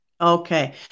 Okay